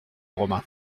romain